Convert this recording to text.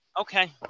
Okay